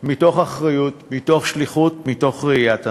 מתוך אחריות, מתוך שליחות, מתוך ראיית הנולד.